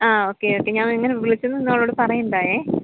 അ okay okay ഞാൻ ഇങ്ങനെ വിളിച്ചുവെന്നൊന്നും അവളോട് പറയേണ്ട